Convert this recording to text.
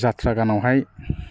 जाट्रा गानाव हाय